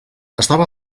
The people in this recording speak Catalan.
estava